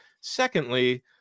secondly